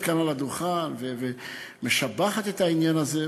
כאן על הדוכן ומשבחת את העניין הזה,